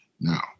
now